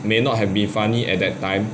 may not have been funny at that time